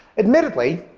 admittedly,